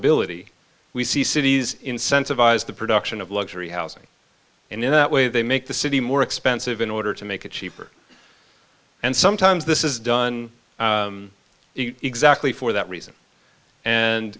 ability we see cities incentivize the production of luxury housing and in that way they make the city more expensive in order to make it cheaper and sometimes this is done exactly for that reason and